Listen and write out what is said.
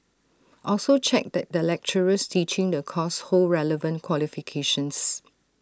also check that the lecturers teaching the course hold relevant qualifications